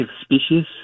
species